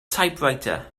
typewriter